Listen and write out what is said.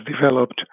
developed